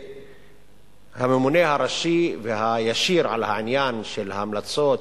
והממונה הראשי והישיר על העניין של ההמלצות,